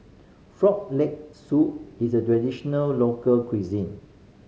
Frog Leg Soup is a traditional local cuisine